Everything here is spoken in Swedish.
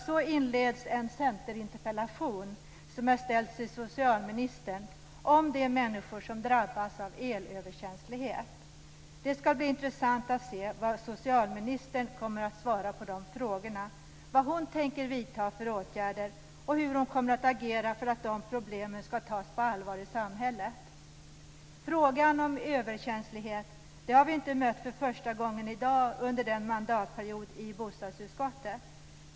Så inleds en Centerinterpellation som är ställd till socialministern om de människor som drabbats av elöverkänslighet. Det skall bli intressant att se vad socialministern kommer att svara på de frågorna, vad hon tänker vidta för åtgärder och hur hon kommer att agera för att dessa problem skall tas på allvar i samhället. Frågan om elöverkänslighet har vi inte i dag mött för första gången under denna mandatperiod i bostadsutskottet.